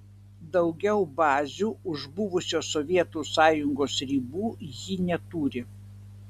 daugiau bazių už buvusios sovietų sąjungos ribų ji neturi